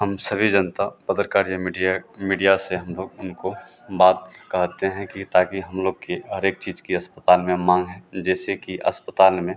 हम सभी जनता पत्रकार या मिडिया मिडिया से हम लोग हमको बात कहते हैं कि ताकि हम लोग की हर एक चीज़ की अस्पताल में माँग है जैसे कि अस्पताल में